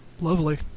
Lovely